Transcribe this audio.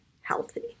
healthy